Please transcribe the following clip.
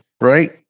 right